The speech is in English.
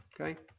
Okay